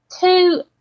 Two